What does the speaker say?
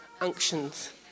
unctions